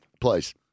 Please